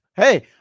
Hey